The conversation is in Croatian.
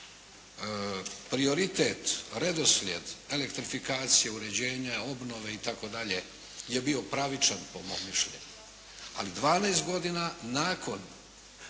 Prioritet, redoslijed, elektrifikacija, uređenja, obnove itd., je bio pravičan po mom mišljenju, ali 12 godina nakon